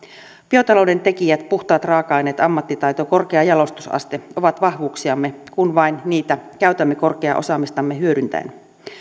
biotalouden tekijät puhtaat raaka aineet ammattitaito korkea jalostusaste ovat vahvuuksiamme kun vain niitä käytämme korkeaa osaamistamme hyödyntäen